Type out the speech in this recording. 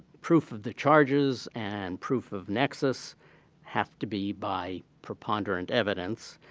proof of the charges and proof of nexus have to be by preponderant evidence,